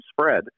spread